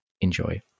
Enjoy